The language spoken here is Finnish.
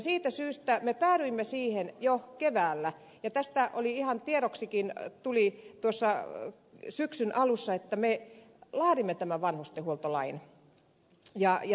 siitä syystä me päädyimme siihen jo keväällä tämä tuli ihan tiedoksikin tuossa syksyn alussa että me laadimme tämän vanhustenhuoltolain